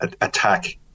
attack